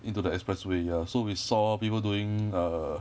into the expressway ya so we saw people doing err